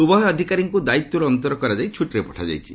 ଉଭୟ ଅଧିକାରୀଙ୍କୁ ଦାୟିତ୍ୱରୁ ଅନ୍ତର କରାଯାଇ ଛୁଟିରେ ପଠାଯାଇଛି